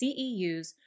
CEUs